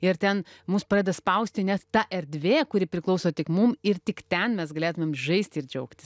ir ten mus pradeda spausti net ta erdvė kuri priklauso tik mum ir tik ten mes galėtumėm žaisti ir džiaugtis